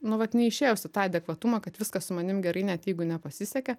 nu vat neišėjus į tą adekvatumą kad viskas su manim gerai net jeigu nepasisekė